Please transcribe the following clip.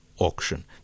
Auction